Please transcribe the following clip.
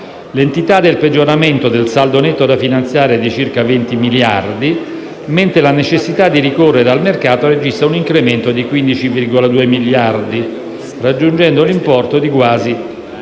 L'entità del peggioramento del saldo netto da finanziare è di circa 20 miliardi, mentre la necessità di ricorrere al mercato registra un incremento di 15,2 miliardi, raggiungendo l'importo di quasi 372